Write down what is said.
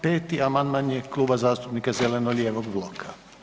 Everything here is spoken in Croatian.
5. amandman je Kluba zastupnika zeleno-lijevog bloka.